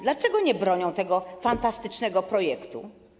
Dlaczego nie bronią tego fantastycznego projektu?